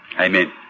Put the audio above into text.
Amen